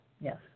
Yes